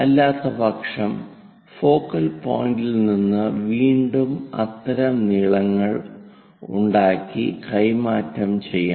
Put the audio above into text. അല്ലാത്തപക്ഷം ഫോക്കൽ പോയിന്റിൽ നിന്ന് വീണ്ടും അത്തരം നീളങ്ങൾ ഉണ്ടാക്കി കൈമാറ്റം ചെയ്യണം